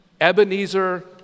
Ebenezer